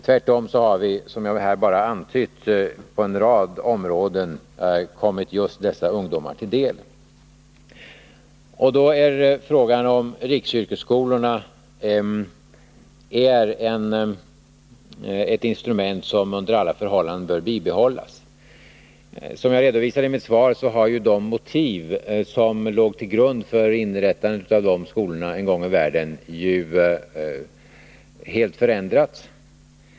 Tvärtom har vi, som jag här bara antytt, på en rad områden kommit just dessa ungdomar till hjälp. Då är frågan huruvida riksyrkesskolorna är ett instrument som under alla förhållanden bör bibehållas. Som jag redovisade i mitt svar har de motiv som låg till grund för inrättandet av de skolorna en gång i världen helt förändrats.